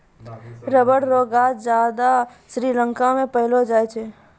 rubber रो गांछ ज्यादा श्रीलंका मे पैलो जाय छै